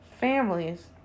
families